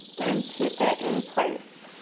and tape it in place.